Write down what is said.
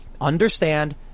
understand